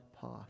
path